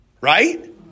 Right